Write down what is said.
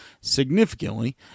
significantly